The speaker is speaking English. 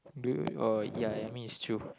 do oh ya ya I mean is true